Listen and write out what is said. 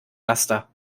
laster